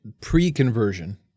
pre-conversion